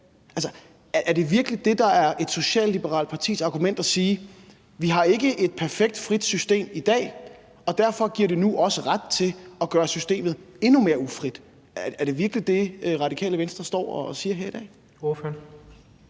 Altså, er det virkelig et socialliberalt partis argument at sige: Vi har ikke et perfekt frit system i dag, og derfor giver det os nu ret til at gøre systemet endnu mere ufrit? Er det virkelig det, Radikale Venstre står og siger her i dag?